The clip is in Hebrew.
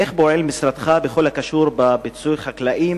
איך פועל משרדך בכל הקשור בפיצוי חקלאים